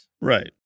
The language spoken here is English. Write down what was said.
Right